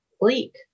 bleak